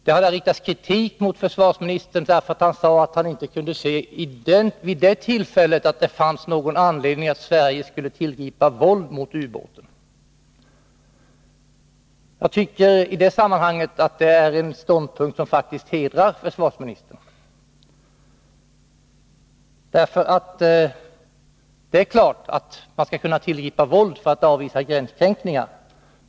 Det har riktats kritik mot försvarsministern för att han sade att han inte kunde se vid det tillfället att det fanns någon anledning att Sverige skulle tillgripa våld mot ubåten. Jag tycker att det är en ståndpunkt som faktiskt hedrar försvarsministern. Det är klart att man skall kunna tillgripa våld för att avvisa gränskränkningar.